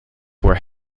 were